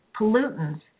pollutants